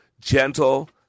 Gentle